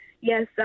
yes